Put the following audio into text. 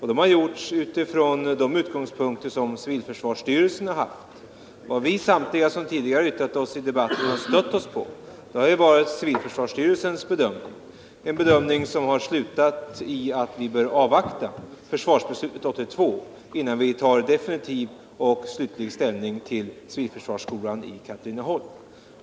Vad vi som tidigare har yttrat oss i debatten har stött oss på har ju varit civilförsvarsstyrelsens bedömning, som har gått ut på att vi bör avvakta försvarsbeslutet 1982 innan vi tar definitiv ställning till frågan om civilförsvarsskolan i Katrineholm.